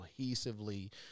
cohesively